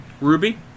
Ruby